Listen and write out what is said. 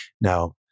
now